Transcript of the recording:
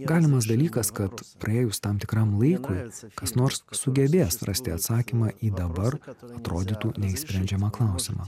galima dalykas kad praėjus tam tikram laikui kas nors sugebės rasti atsakymą į dabar atrodytų neišsprendžiamą klausimą